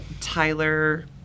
tyler